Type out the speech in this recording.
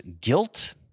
guilt